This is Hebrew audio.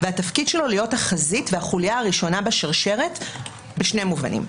והתפקיד שלו להיות החזית והחוליה הראשונה בשרשרת בשני מובנים.